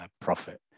profit